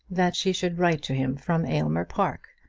that she should write to him from aylmer park,